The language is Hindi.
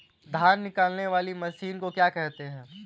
धान निकालने वाली मशीन को क्या कहते हैं?